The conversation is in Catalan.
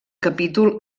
capítol